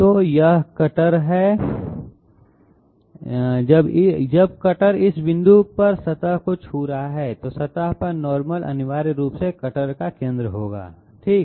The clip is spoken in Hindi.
तो यह कटर है जब कटर इस बिंदु पर सतह को छू रहा है तो सतह पर नॉर्मल अनिवार्य रूप से कटर का केंद्र होगा ठीक